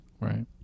Right